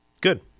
good